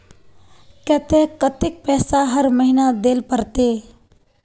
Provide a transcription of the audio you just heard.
केते कतेक पैसा हर महीना देल पड़ते?